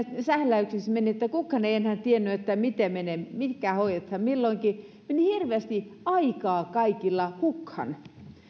sähläykseksi meni kukaan ei enää tiennyt mikä hoidetaan milloinkin meni hirveästi aikaa kaikilla hukkaan